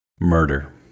murder